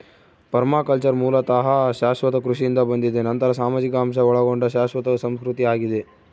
permaculture ಮೂಲತಃ ಶಾಶ್ವತ ಕೃಷಿಯಿಂದ ಬಂದಿದೆ ನಂತರ ಸಾಮಾಜಿಕ ಅಂಶ ಒಳಗೊಂಡ ಶಾಶ್ವತ ಸಂಸ್ಕೃತಿ ಆಗಿದೆ